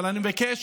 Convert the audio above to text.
אבל אני מבקש,